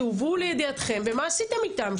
שהובאו לידיעתכם ומה עשיתם איתם?